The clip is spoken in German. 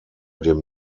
dem